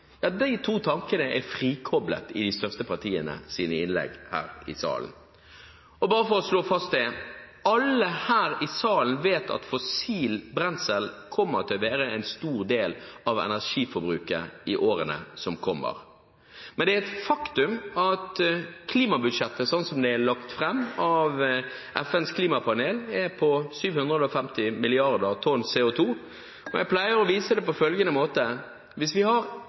største partienes innlegg her i salen. Bare for å slå det fast: Alle her i salen vet at fossilt brensel kommer til å utgjøre en stor del av energiforbruket i årene som kommer, men det er et faktum at klimabudsjettet, sånn som det er lagt fram av FNs klimapanel, er på 750 milliarder tonn CO2.Jeg pleier å vise det på følgende måte: Hvis vi,